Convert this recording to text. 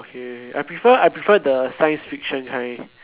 okay I prefer I prefer the science fiction kind